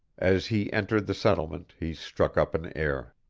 as he entered the settlement he struck up an air.